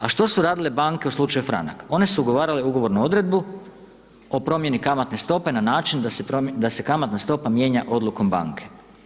A što su radile banke u slučaju Franak, one su ugovarale ugovornu odredbu o promjeni kamatne stope na način da se kamatna stopa mijenja odlukom banke.